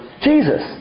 Jesus